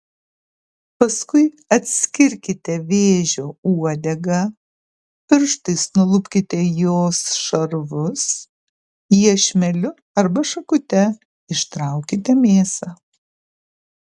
paskui atskirkite vėžio uodegą pirštais nulupkite jos šarvus iešmeliu arba šakute ištraukite mėsą